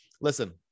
listen